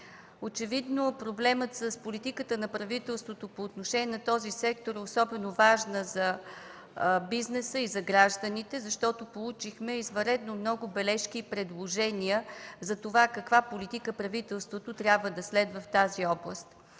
Очевидно проблемът с политиката на правителството по отношение на този сектор е особено важна за бизнеса и за гражданите, защото получихме извънредно много бележки и предложения за това каква политика трябва да следва правителството в тази област.